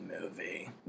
movie